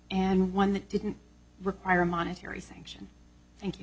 and one that didn't require a monetary sanction thank you